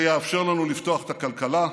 זה יאפשר לנו לפתוח את הכלכלה,